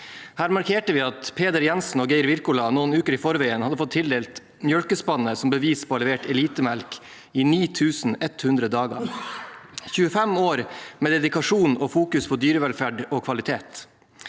Her markerte vi at Peder Jenssen og Geir Wirkola noen uker i forveien hadde fått tildelt Mjølkespannet som bevis på å ha levert elitemelk i 9 100 dager. Det er 25 år med dedikasjon og fokus på dyrevelferd og kvalitet.